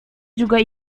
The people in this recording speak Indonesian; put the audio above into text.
juga